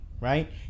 right